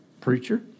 preacher